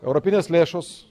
europinės lėšos